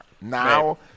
Now